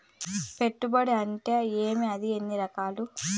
పెట్టుబడి అంటే ఏమి అది ఎన్ని రకాలు